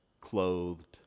clothed